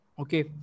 okay